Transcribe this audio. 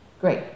great